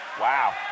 Wow